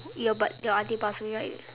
your but your aunty pass away right